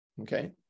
Okay